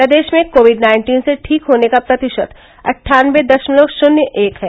प्रदेश में COVID nineteen से ठीक होने का प्रतिशत अट्ठानबे दशमलव शून्य एक है